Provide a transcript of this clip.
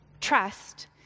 Trust